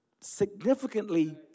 significantly